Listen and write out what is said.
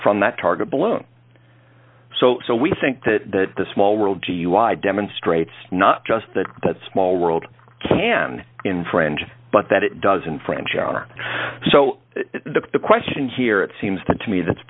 from that target blown so so we think that the small world g y demonstrates not just that that small world can infringe but that it does in french are so that the question here it seems to me that's